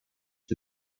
for